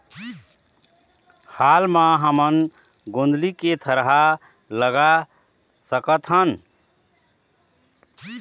हाल मा हमन गोंदली के थरहा लगा सकतहन?